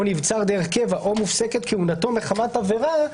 או נבצר דרך קבע או מופסקת כהונתו מחמת עבירה,